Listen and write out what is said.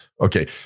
Okay